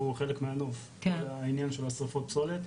חלק מהנוף כל העניין של שריפות פסולת,